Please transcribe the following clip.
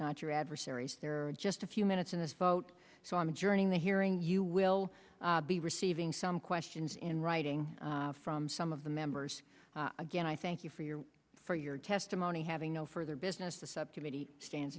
not your adversaries there are just a few minutes in this vote so i'm joining the hearing you will be receiving some questions in writing from some of the members again i thank you for your for your testimony having no further business the subcommittee stan